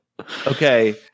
Okay